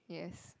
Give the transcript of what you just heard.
yes